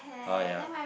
ah ya